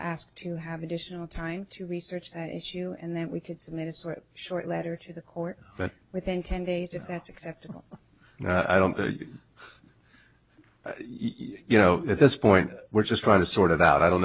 ask to have additional time to research that issue and then we could submit its short letter to the court but within ten days if that's acceptable i don't you know at this point we're just trying to sort it out i don't